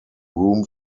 room